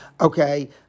okay